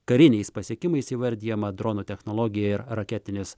kariniais pasiekimais įvardijama dronų technologija ir raketinės